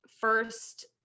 first